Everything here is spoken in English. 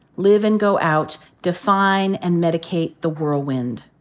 live and go out. define and medicate the whirlwind.